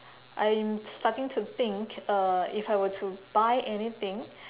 I'm starting to think uh if I were to buy anything